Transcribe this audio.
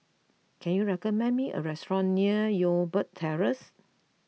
can you recommend me a restaurant near Youngberg Terrace